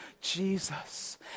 Jesus